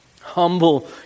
Humble